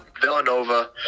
Villanova